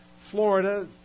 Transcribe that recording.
Florida